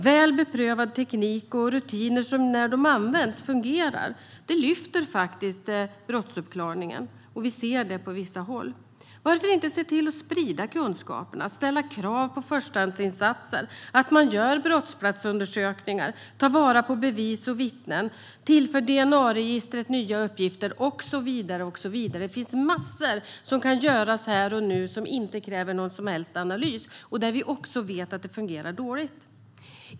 Väl beprövad teknik och rutiner som fungerar när de används lyfter faktiskt brottsuppklaringen, och vi ser det på vissa håll. Varför inte se till att sprida kunskaperna och ställa krav på förstahandsinsatser så att man gör brottsplatsundersökningar, tar vara på bevis och vittnesmål och tillför DNA-registret nya uppgifter och så vidare? Det finns massor som kan göras här och nu som inte kräver någon som helst analys och som kan förbättra sådant som vi vet fungerar dåligt.